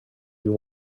you